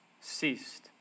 ceased